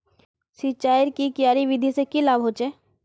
सिंचाईर की क्यारी विधि से की लाभ होचे?